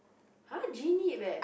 !huh! Jean-Yip eh